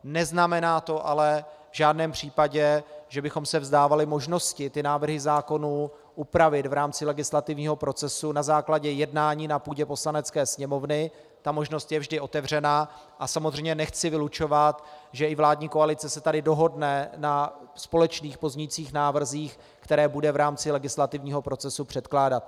Neznamená to ale v žádném případě, že bychom se vzdávali možnosti návrhy zákonů upravit v rámci legislativního procesu na základě jednání na půdě Poslanecké sněmovny, ta možnost je vždy otevřena a samozřejmě nechci vylučovat, že i vládní koalice se tady dohodne na společných pozměňovacích návrzích, které bude v rámci legislativního procesu předkládat.